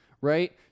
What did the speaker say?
right